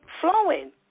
flowing